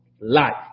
life